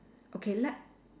okay let